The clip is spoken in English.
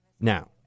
Now